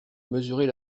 mesurez